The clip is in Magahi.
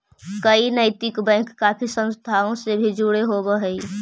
कई नैतिक बैंक काफी संस्थाओं से भी जुड़े होवअ हई